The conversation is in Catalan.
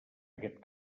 aquest